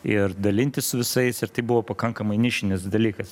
ir dalintis su visais ir tai buvo pakankamai nišinis dalykas